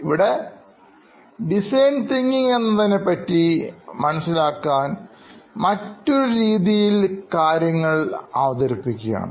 ഇവിടെ design thinking എന്നതിനെപ്പറ്റി മനസ്സിലാക്കാൻ മറ്റൊരു രീതിയിൽ കാര്യങ്ങൾ അവതരിപ്പിക്കുകയാണ്